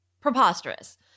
Preposterous